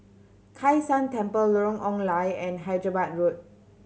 Kai San Temple Lorong Ong Lye and Hyderabad Road